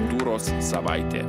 kultūros savaitė